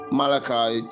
malachi